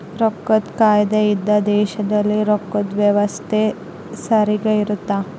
ರೊಕ್ಕದ್ ಕಾಯ್ದೆ ಇಂದ ದೇಶದಲ್ಲಿ ರೊಕ್ಕದ್ ವ್ಯವಸ್ತೆ ಸರಿಗ ಇರುತ್ತ